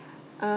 uh